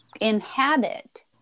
inhabit